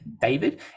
david